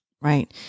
right